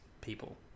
people